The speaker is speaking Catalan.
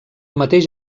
mateix